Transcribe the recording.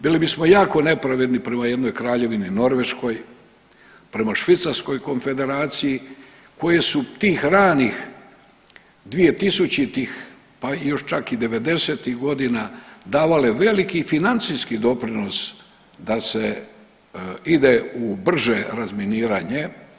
Bilo bismo jako nepravedni prema jednoj Kraljevini Norveškoj, prema Švicarskoj Konfederaciji koje su tih ranih 2000. pa još čak i '90. godina davale veliki financijski doprinos da se ide u brže razminiranje.